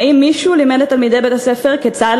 האם מישהו לימד את תלמידי בית-הספר כיצד,